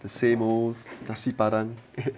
the same old nasi padang